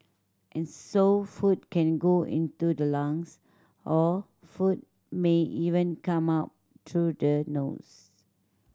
and so food can go into the lungs or food may even come up through the nose